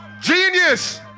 Genius